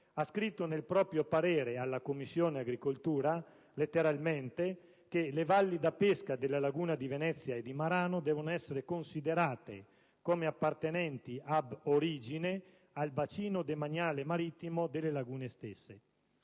ha scritto nel proprio parere alla Commissione agricoltura che «le valli da pesca della laguna di Venezia e di Marano devono essere considerate come appartenenti *ab origine* al bacino demaniale marittimo delle lagune stesse».